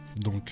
donc